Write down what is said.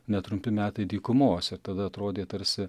netrumpi metai dykumos ir tada atrodė tarsi